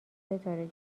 ستاره